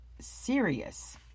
serious